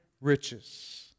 riches